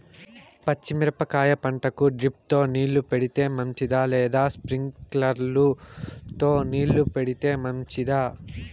పచ్చి మిరపకాయ పంటకు డ్రిప్ తో నీళ్లు పెడితే మంచిదా లేదా స్ప్రింక్లర్లు తో నీళ్లు పెడితే మంచిదా?